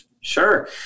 Sure